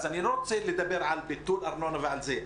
אז אני לא רוצה לדבר על ביטול ארנונה ועל זה.